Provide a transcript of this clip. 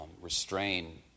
restrain